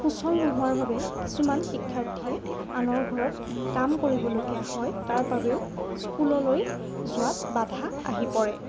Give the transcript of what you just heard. সুচল নোহোৱাৰ বাবে কিছুমান শিক্ষাৰ্থীয়ে আনৰ ঘৰত কাম কৰিবলগীয়া হয় তাৰ বাবেও স্কুললৈ যোৱাত বাধা আহি পৰে